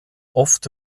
oft